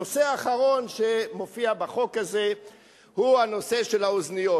נושא אחרון שמופיע בחוק הזה הוא הנושא של האוזניות.